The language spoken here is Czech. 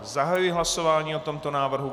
Zahajuji hlasování o tomto návrhu.